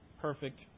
perfect